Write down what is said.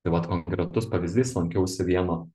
tai vat konkretus pavyzdys lankiausi vieno